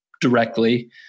directly